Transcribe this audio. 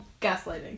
gaslighting